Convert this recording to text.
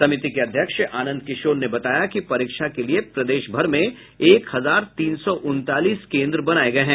समिति के अध्यक्ष आनंद किशोर ने बताया कि परीक्षा के लिए प्रदेश भर में एक हजार तीन सौ उनतालीस केन्द्र बनाये गये हैं